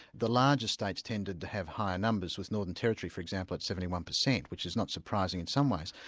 the larger states tended to have higher numbers, with the northern territory for example at seventy one percent, which is not surprising in some ways.